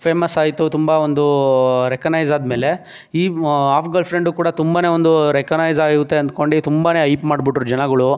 famous ಆಯಿತು ತುಂಬ ಒಂದು ರೆಕನೈಸ್ ಆದ ಮೇಲೆ ಈ ಆಫ್ ಗರ್ಲ್ಫ್ರೆಂಡ್ ಕೂಡ ತುಂಬನೇ ಒಂದು ರೆಕನೈಸ್ ಆಗುತ್ತೆ ಅಂದ್ಕೊಂಡು ತುಂಬನೇ ಐಪ್ ಮಾಡ್ಬಿಟ್ಟರು ಜನಗಳು